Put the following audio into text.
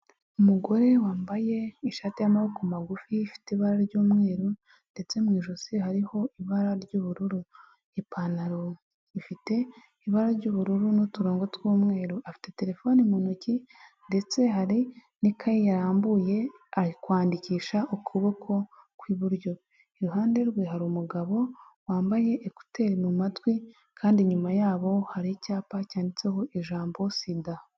Umugore wambaye ishati y'amaboko magufi, ifite ibara ry'umweru ndetse mu ijosi hariho ibara ry'ubururu. Ipantaro ifite ibara ry'ubururu n'uturongo tw'umweru. Afite terefone mu ntoki ndetse hari n'ikayi yarambuye, ari kwandikisha ukuboko kw'iburyo. Iruhande rwe hari umugabo wambaye ekuteri mu matwi, kandi inyuma ya hari icyapa cyanditseho ijambo "SIDA".